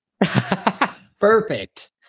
perfect